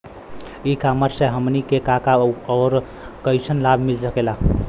ई कॉमर्स से हमनी के का का अउर कइसन लाभ मिल सकेला?